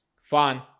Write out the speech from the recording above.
fun